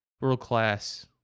world-class